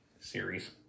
series